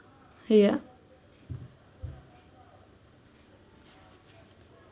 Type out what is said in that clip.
ya